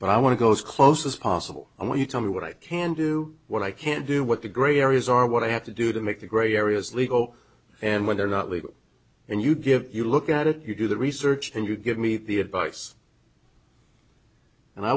but i want to goes close as possible i want you tell me what i can do what i can't do what the gray areas are what i have to do to make the gray areas legal and when they're not legal and you give you look at it you do the research and you give me the advice and i